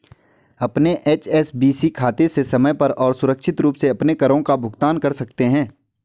अपने एच.एस.बी.सी खाते से समय पर और सुरक्षित रूप से अपने करों का भुगतान कर सकते हैं